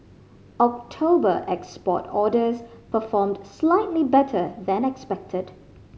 October export orders performed slightly better than expected